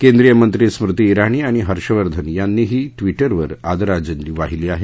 केंद्रीय मंत्री स्मृती जिणी आणि हर्षवर्धन यांनीही ट्विटरवर आदरांजली वाहिली आहे